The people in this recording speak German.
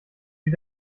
wie